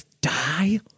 die